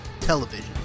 television